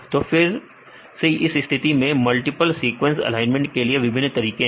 तो फिर से इस स्थिति में मल्टीपल सीक्वेंस एलाइनमेंट के लिए विभिन्न तरीके हैं